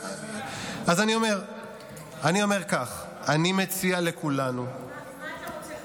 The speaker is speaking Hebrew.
אז אני אומר כך, אני מציע לכולנו, מה אתה רוצה?